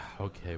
Okay